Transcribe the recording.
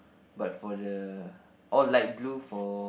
but for the all light blue for